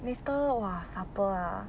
later !wah! supper ah